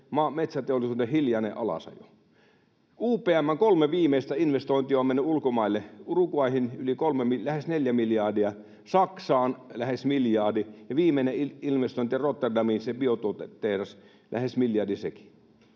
että se metsäteollisuuden hiljainen alasajo on jo alkanut. UPM:n kolme viimeistä investointia ovat menneet ulkomaille: Uruguayhin lähes neljä miljardia, Saksaan lähes miljardi ja viimeinen investointi Rotterdamiin, se biotuotetehdas, lähes miljardi sekin.